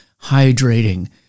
hydrating